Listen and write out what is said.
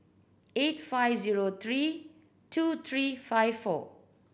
eight five zero three two three five four